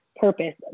purpose